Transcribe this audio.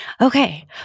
Okay